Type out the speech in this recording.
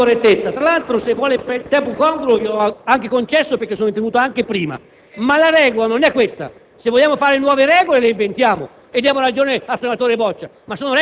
**Il Senato non approva.**